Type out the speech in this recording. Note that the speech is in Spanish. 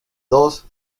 dos